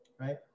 right